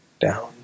Down